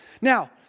Now